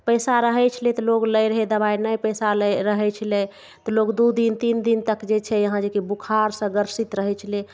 पैसा रहय छलय तऽ लोग लै रहय दवाइ नहि पैसा रहय छलय तऽ लोग दू दिन तीन दिन तक जे छै यहाँ जे कि बोखारसँ ग्रसित रहय छलय